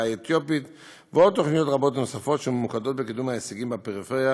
האתיופית ותוכניות רבות נוספות שממוקדות בקידום ההישגים בפריפריה,